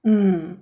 mm